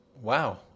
Wow